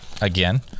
again